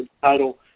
title